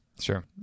Sure